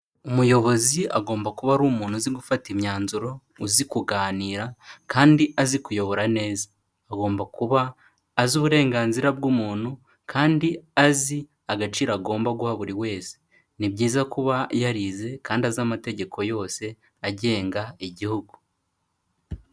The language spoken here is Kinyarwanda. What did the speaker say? umuyobozi agomba kuba ari umuntu uzi gufata imyanzuro uzi kuganira kandi azi kuyobora neza agomba kuba azi uburenganzira bw'umuntu kandi azi agaciro agomba guha buri wese ni byiza kuba yarize kandi azi amategeko yose agenga igihugu.